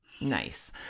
Nice